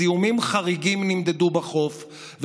זיהומים חריגים נמדדו בחוף,